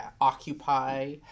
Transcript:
Occupy